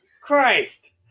Christ